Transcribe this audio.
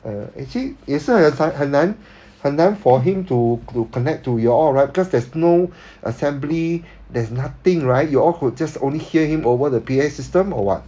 uh actually 也是很难很难 for him to to connect to you all right because there's no assembly there's nothing right you all could just only hear him over the P_A system or what